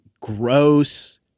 gross